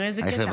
אייכלר,